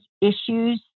issues